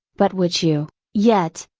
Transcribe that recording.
but which you, yet,